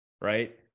right